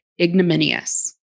ignominious